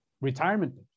retirement